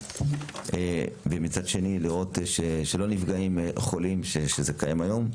ומצד שני לראות שלא נפגעים חולים שזכאים היום.